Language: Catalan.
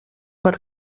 per